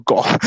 God